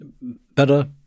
better